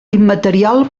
immaterial